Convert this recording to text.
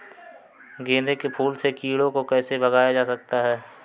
गेंदे के फूल से कीड़ों को कैसे भगाया जा सकता है?